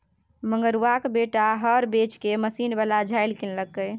मंगरुआक बेटा हर बेचिकए मशीन बला झालि किनलकै